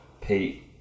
Pete